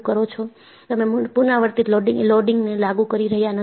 તમે પુનરાવર્તિત લોડિંગ ને લાગુ કરી રહ્યાં નથી